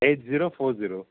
eight zero four zero